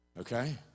Okay